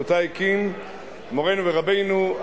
שאותה הקים מורנו ורבנו,